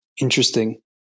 Interesting